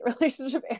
relationship